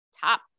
top